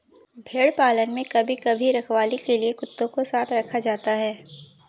भेड़ पालन में कभी कभी रखवाली के लिए कुत्तों को साथ रखा जाता है